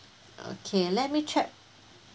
okay let me check